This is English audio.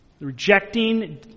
Rejecting